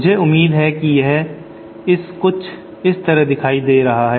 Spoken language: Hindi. मुझे उम्मीद है कि यह इस कुछ इस तरह दिखाई दे रहा है